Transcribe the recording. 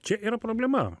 čia yra problema